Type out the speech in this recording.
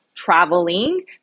traveling